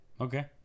Okay